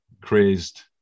crazed